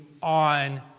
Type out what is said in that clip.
on